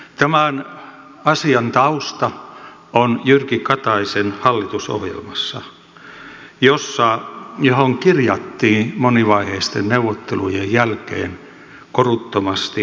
tämän asian tausta on jyrki kataisen hallitusohjelmassa johon kirjattiin monivaiheisten neuvotteluiden jälkeen koruttomasti näin